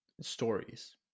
stories